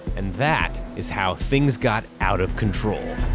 and that is how things got out of control.